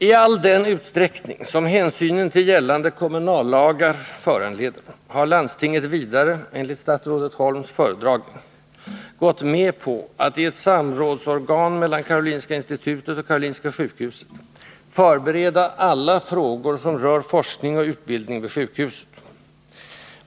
I all den utsträckning, som hänsynen till gällande kommunallagar föranleder, har landstinget vidare, enligt statsrådet Holms föredragning, gått med på att i ett samrådsorgan mellan Karolinska institutet och Karolinska sjukhuset förbereda alla frågor som rör forskning och utbildning vid sjukhuset.